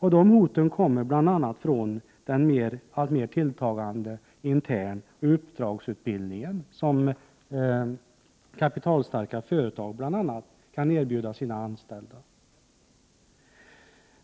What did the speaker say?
De hoten kommer bl.a. från den alltmer tilltagande internoch uppdragsutbildningen, som kapitalstarka företag bl.a. kan erbjuda sina anställda.